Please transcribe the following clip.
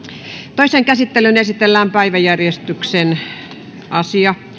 toiseen käsittelyyn esitellään päiväjärjestyksen toinen asia